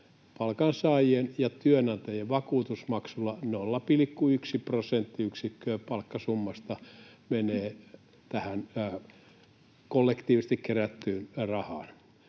palkansaajien ja työnantajien vakuutusmaksuilla: 0,1 prosenttiyksikköä palkkasummasta menee tähän kollektiivisesti kerättyyn rahaan.